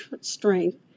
strength